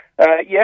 Yes